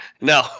No